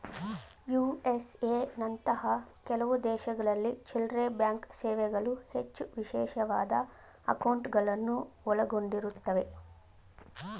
USA ನಂತಹ ಕೆಲವು ದೇಶಗಳಲ್ಲಿ ಚಿಲ್ಲ್ರೆಬ್ಯಾಂಕ್ ಸೇವೆಗಳು ಹೆಚ್ಚು ವಿಶೇಷವಾದ ಅಂಕೌಟ್ಗಳುನ್ನ ಒಳಗೊಂಡಿರುತ್ತವೆ